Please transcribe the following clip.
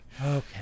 okay